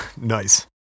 Nice